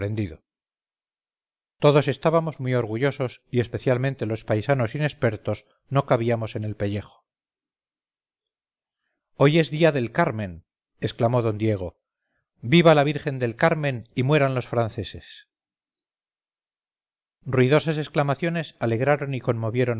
todos estábamos muy orgullosos y especialmente los paisanos inexpertos no cabíamos en el pellejo hoy es día del carmen exclamó d diego viva la virgen del carmen y mueran los franceses ruidosas exclamaciones alegraron y conmovieron